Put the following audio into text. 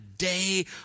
day